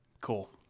cool